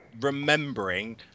remembering